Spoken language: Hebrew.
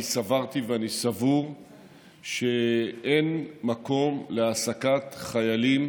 אני סברתי ואני סבור שאין מקום להעסקת חיילים